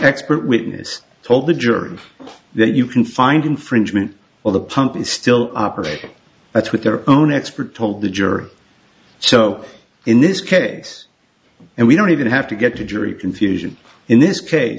expert witness told the jury that you can find infringement or the pump is still operating that's what their own expert told the jury so in this case and we don't even have to get to jury confusion in this case